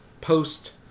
post